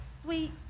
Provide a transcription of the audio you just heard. Sweet